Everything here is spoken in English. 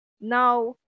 Now